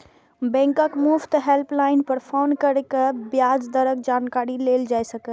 बैंकक मुफ्त हेल्पलाइन पर फोन कैर के ब्याज दरक जानकारी लेल जा सकैए